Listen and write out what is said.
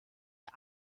der